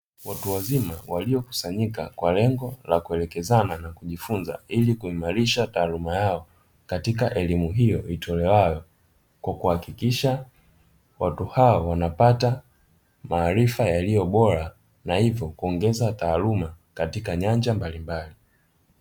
Watu wazima waliokusanyika kwa lengo na kuelekezana na kujifunza ili kuimarisha taaluma yao katika elimu hiyo itolewayo, kwa kuhakikisha watu hao wanapata maarifa yaliyobora na hivyo kuongeza taaluma katika nyanja mbalimbali.